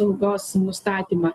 algos nustatymą